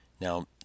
Now